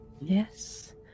Yes